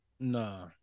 Nah